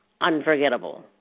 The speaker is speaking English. unforgettable